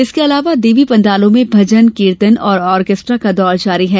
इसके अलावा देवी पण्डालों में भजनकीर्तन और ऑर्केस्ट्रा का दौर जारी है